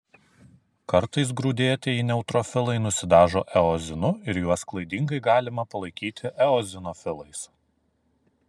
kartais grūdėtieji neutrofilai nusidažo eozinu ir juos klaidingai galima palaikyti eozinofilais